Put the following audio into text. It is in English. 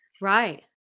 Right